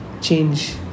change